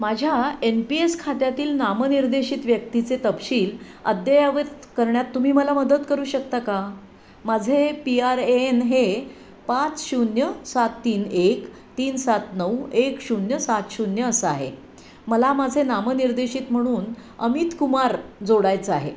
माझ्या N P S खात्यातील नामनिर्देशित व्यक्तीचे तपशील अद्ययावत करण्यात तुम्ही मला मदत करू शकता का माझे पी आर ए एन हे पाच शून्य सात तीन एक तीन सात नऊ एक शून्य सात शून्य असं आहे मला माझे नामनिर्देशित म्हणून अमित कुमार जोडायचं आहे